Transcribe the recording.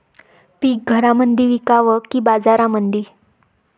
पीक घरामंदी विकावं की बाजारामंदी?